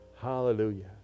hallelujah